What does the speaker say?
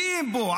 גאים בו.